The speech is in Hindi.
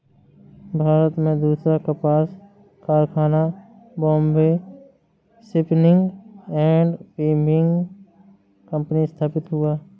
भारत में दूसरा कपास कारखाना Bombay spinning and weaving company स्थापित हुआ